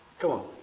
go on.